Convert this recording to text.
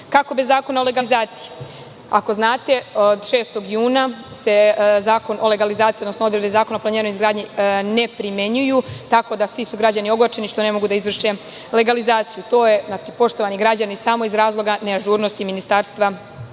bez zakona o legalizaciji? Ako znate od 6. juna se zakon o legalizaciji, odnosno odredbe zakona o planiranju i izgradnji ne primenjuju, tako da su svi građani ogorčeni što ne mogu da izvrše legalizaciju. To je, poštovani građani, samo iz razloga neažurnosti Ministarstva